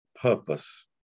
purpose